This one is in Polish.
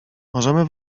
możemy